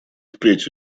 впредь